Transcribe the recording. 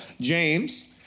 James